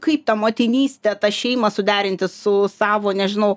kaip tą motinystę tą šeimą suderinti su savo nežinau